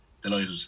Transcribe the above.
delighted